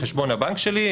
חשבון הבנק שלי,